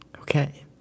Okay